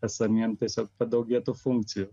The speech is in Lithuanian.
esamiem tiesiog padaugėtų funkcijų